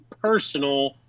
personal